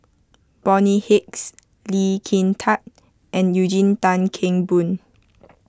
Bonny Hicks Lee Kin Tat and Eugene Tan Kheng Boon